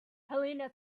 helena